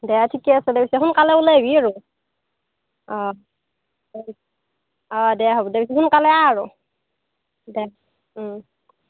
দে ঠিকে আছে দে পিছে সোনকালে ওলাই আহিবি আৰু অ' অ' দে হ'ব দে সোনকালে আহ আৰু দে